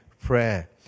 prayer